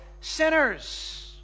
sinners